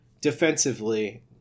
defensively